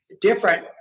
different